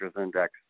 Index